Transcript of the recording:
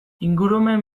ingurumen